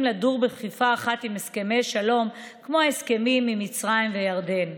לדור בכפיפה אחת עם הסכמי שלום כמו ההסכמים עם מצרים ועם ירדן.